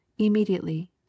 immediately